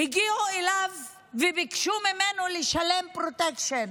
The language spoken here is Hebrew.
הגיעו אליו וביקשו ממנו לשלם פרוטקשן.